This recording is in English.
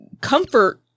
comfort